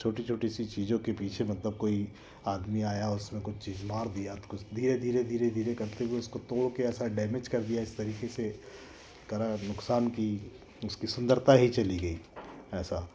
छोटी छोटी सी चीज़ों के पीछे मतलब कोई आदमी आया और उसमें कुछ चीज़ मार दिया तो कुछ धीरे धीरे धीरे धीरे करते हुए उसको तोड़ के ऐसा डैमेज कर दिया इस तरीके से करा नुकसान की उसकी सुंदरता ही चली गई ऐसा